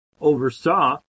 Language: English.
oversaw